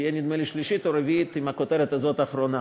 ונדמה לי שהיא תהיה שלישית או רביעית עם הכותרת הזאת: אחרונה,